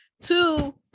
Two